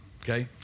Okay